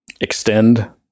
extend